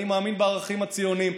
אני מאמין בערכים הציוניים.